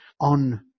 on